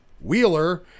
Wheeler